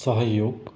सहयोग